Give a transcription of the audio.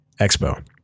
Expo